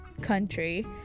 country